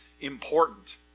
important